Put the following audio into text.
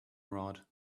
rod